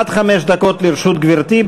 עד חמש דקות לרשות גברתי,